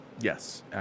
yes